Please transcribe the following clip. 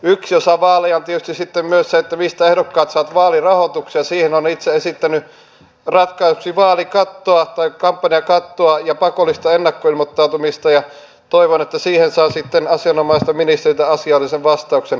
yksi osa vaaleja on tietysti sitten myös se että mistä ehdokkaat saavat vaalirahoituksen ja siihen olen itse esittänyt ratkaisuksi vaalikattoa tai kampanjakattoa ja pakollista ennakkoilmoittautumista ja toivon että saan sitten asianomaiselta ministeriltä asiallisen vastauksen siihen liittyvään kirjalliseen kysymykseeni